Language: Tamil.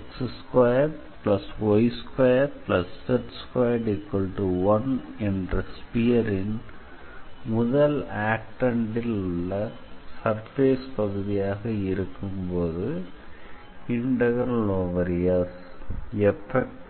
x2y2z21என்ற ஸ்ஃபியர் ன் முதல் ஆக்டெண்ட் ல் உள்ள சர்ஃபேஸ் பகுதியாக இருக்கும் போது SF